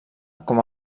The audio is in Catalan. com